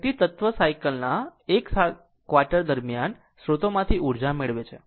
inductive તત્વ cycle ના 1 quarter દરમિયાન સ્રોતમાંથી ઉર્જા મેળવે છે